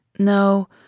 No